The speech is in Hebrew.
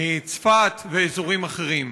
צפת ואזורים אחרים.